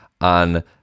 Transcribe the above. on